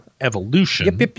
evolution